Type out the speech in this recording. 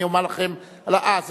בבקשה.